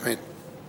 אמן.